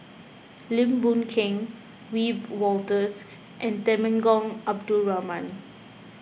Lim Boon Keng Wiebe Wolters and Temenggong Abdul Rahman